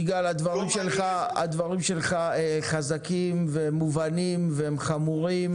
יגאל, הדברים שלך חזקים ומובנים והם חמורים,